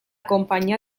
companyia